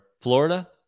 Florida